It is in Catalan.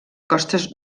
costes